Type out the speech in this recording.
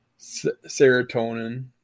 serotonin